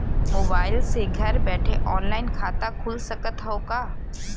Mobile से घर बैठे ऑनलाइन खाता खुल सकत हव का?